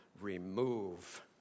remove